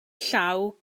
llaw